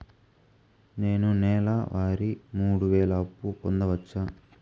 నేను నెల వారి మూడు వేలు అప్పు పొందవచ్చా?